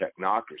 technocracy